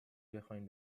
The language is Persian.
بخواین